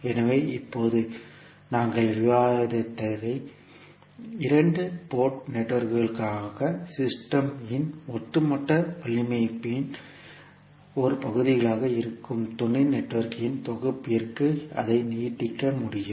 எனவே இப்போது நாங்கள் விவாதித்தவை இரண்டு போர்ட் நெட்வொர்க்குகளுக்காக சிஸ்டம் இன் ஒட்டுமொத்த வலையமைப்பின் ஒரு பகுதியாக இருக்கும் துணை நெட்வொர்க்குகளின் தொகுப்பிற்கு அதை நீட்டிக்க முடியும்